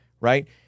right